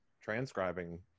transcribing